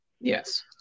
Yes